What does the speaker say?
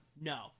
No